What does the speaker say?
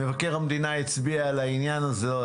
מבקר המדינה הצביע על העניין הזה.